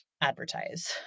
advertise